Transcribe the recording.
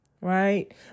right